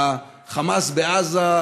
לחמאס בעזה,